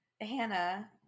Hannah